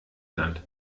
land